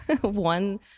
one